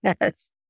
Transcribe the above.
Yes